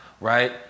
right